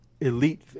elite